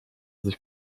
sich